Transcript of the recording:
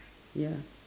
ya